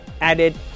added